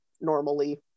normally